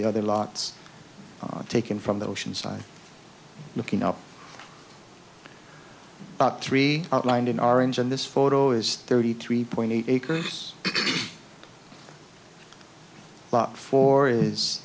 the other lots taken from the ocean side looking up about three outlined in orange in this photo is thirty three point eight acres lot four is